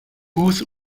booth